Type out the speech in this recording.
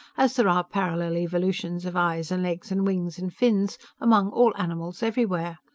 as there are parallel evolutions of eyes and legs and wings and fins among all animals everywhere!